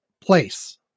place